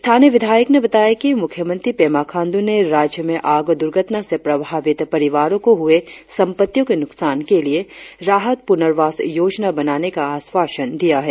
स्थानीय विधायक ने बताया कि मुख्यमंत्री पेमा खांडू ने राज्य में आग दुर्घटना से प्रभावित परिवारों को हुए संपत्तियों के नुकसान के लिए राहत पुनर्वास योजना बनाने का आश्वासन दिया है